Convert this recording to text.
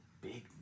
big